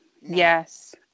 Yes